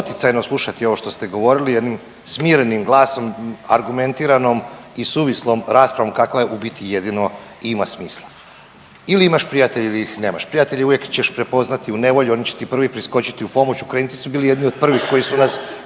poticajno slušati ovo što ste govorili jednim smirenim glasom, argumentiranom i suvislom raspravom kakva u biti jedino i ima smisla. Ili imaš prijatelje ili nemaš prijatelje uvijek ćeš prepoznati u nevolji, oni će ti prvi priskočiti u pomoć, Ukrajinci su bili jedni od prvih koji su nas